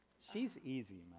she's easy.